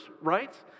right